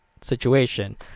situation